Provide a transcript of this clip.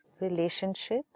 Relationship